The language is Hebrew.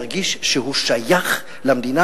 שירגיש שהוא שייך למדינה.